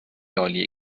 عالیه